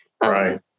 Right